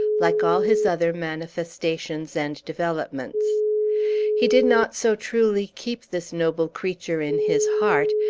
like all his other manifestations and developments he did not so truly keep this noble creature in his heart,